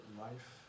life